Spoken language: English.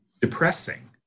depressing